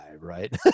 right